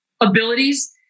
abilities